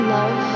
Love